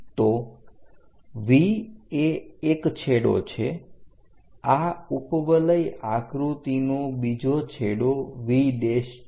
તો V એ એક છેડો છે આ ઉપવલય આકૃતિનો બીજો છેડો V છે